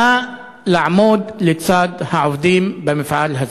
נא לעמוד לצד העובדים במפעל הזה.